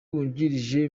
wungirije